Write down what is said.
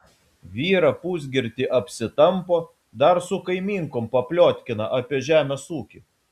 vyrą pusgirtį apsitampo dar su kaimynkom papliotkina apie žemės ūkį